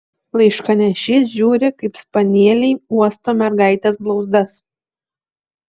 laiškanešys žiūri kaip spanieliai uosto mergaitės blauzdas